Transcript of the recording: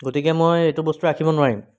গতিকে মই এইটো বস্তু ৰাখিব নোৱাৰিম